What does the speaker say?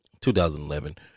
2011